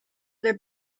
their